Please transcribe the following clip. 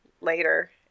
later